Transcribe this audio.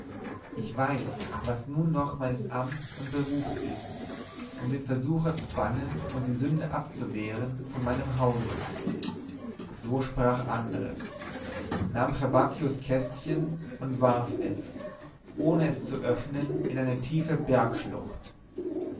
ich weiß was nun noch meines amts und berufs ist um den versucher zu bannen und die sünde abzuwenden von meinem hause so sprach andres nahm trabacchios kistchen und warf es ohne es zu öffnen in eine tiefe